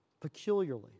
Peculiarly